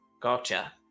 Gotcha